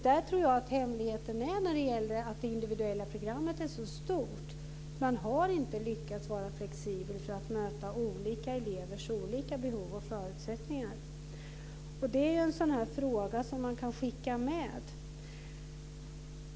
Där tror jag att hemligheten ligger när det gäller att det individuella programmet är så stort. Man har inte lyckats vara flexibel för att möta olika elevers olika behov och förutsättningar. Det är en fråga som man kan skicka med.